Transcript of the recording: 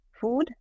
food